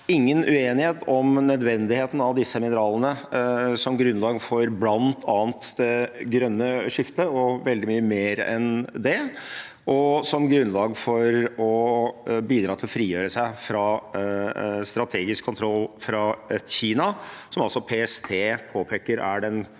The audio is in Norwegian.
ingen uenighet om nødvendigheten av disse mineralene som grunnlag for bl.a. det grønne skiftet og veldig mye mer enn det, og som grunnlag for å bidra til å frigjøre seg fra strategisk kontroll fra et Kina som altså PST påpeker er den